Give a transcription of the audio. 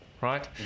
right